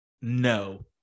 no